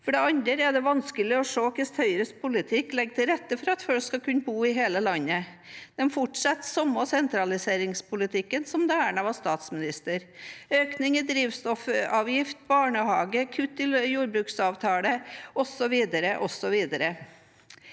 For det andre er det vanskelig å se hvordan Høyres politikk legger til rette for at folk skal kunne bo i hele landet. De fortsetter med den samme sentraliseringspolitikken som da Erna Solberg var statsminister – økning i drivstoffavgift og barnehage, kutt i jordbruksavtale osv.,